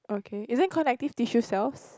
okay isn't connective tissue cells